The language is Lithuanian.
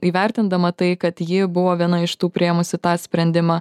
įvertindama tai kad ji buvo viena iš tų priėmusi tą sprendimą